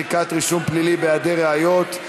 מחיקת רישום פלילי בהיעדר ראיות),